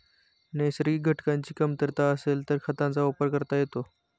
नैसर्गिक घटकांची कमतरता असेल तर खतांचा वापर करता येतो